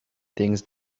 things